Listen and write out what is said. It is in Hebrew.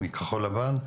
כחול לבן,